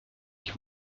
ich